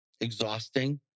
exhausting